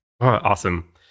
Awesome